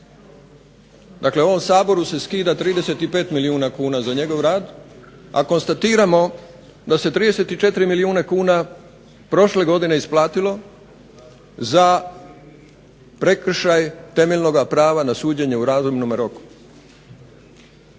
Dakle ovom Saboru se skida 35 milijuna kuna za njegov rad, a konstatiramo da se 34 milijuna kuna prošle godine isplatilo za prekršaj temeljnoga prava na suđenje u razumnom roku.